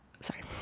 Sorry